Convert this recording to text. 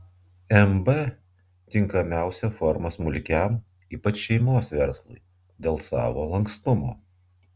mb tinkamiausia forma smulkiam ypač šeimos verslui dėl savo lankstumo